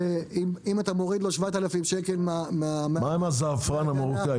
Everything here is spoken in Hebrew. שאם אתה מוריד לו 7,000 שקל --- מה עם הזעפרן המרוקאי?